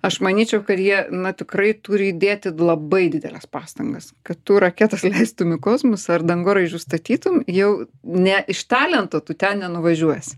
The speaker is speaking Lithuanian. aš manyčiau kad jie na tikrai turi įdėti labai dideles pastangas kad tu raketas leistum į kosmosą ir dangoraižius statytum jau ne iš talento tu ten nenuvažiuosi